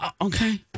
okay